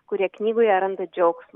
kurie knygoje randa džiaugsmą